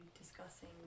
discussing